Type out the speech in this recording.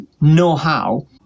know-how